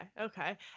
okay